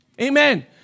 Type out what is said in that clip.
Amen